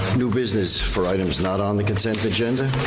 new business for items not on the consent agenda.